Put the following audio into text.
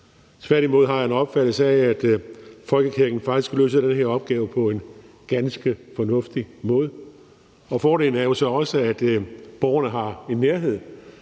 Tværtimod har jeg en opfattelse af, at folkekirken faktisk løser den her opgave på en ganske fornuftig måde. Fordelen er jo så også, at borgerne har en nærhed.